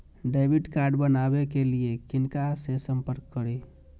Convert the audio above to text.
Debit card बनावे के लिए किनका से संपर्क करी?